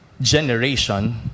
generation